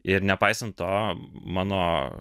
ir nepaisant to mano